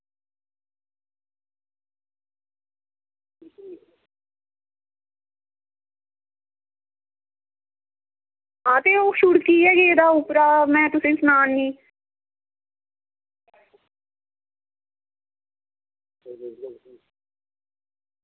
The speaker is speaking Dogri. आं ते ओह् छुड़कियै गेदा उप्परा में तुसोेंगी सनानी ई